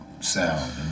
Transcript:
sound